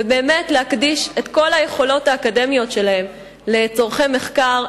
ובאמת להקדיש את כל היכולות האקדמיות שלהם לצורכי מחקר,